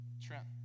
Trent